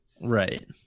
Right